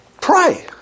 pray